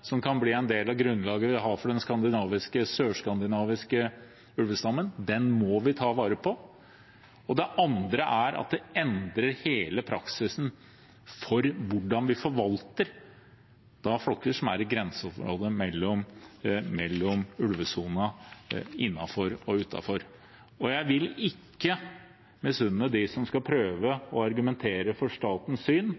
som kan bli en del av grunnlaget vi har for den sørskandinaviske ulvestammen, må vi ta vare på. Det andre er at det endrer hele praksisen for hvordan vi forvalter flokker som er i grenseområdet for ulvesonen – innenfor og utenfor. Jeg misunner ikke dem som skal prøve å argumentere for statens syn